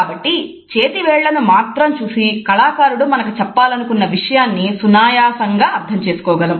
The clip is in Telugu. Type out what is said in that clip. కాబట్టి చేతి వేళ్ళను మాత్రం చూసి కళాకారుడు మనకు చెప్పాలనుకున్న విషయాన్ని సునాయాసంగా అర్థం చేసుకొనగలం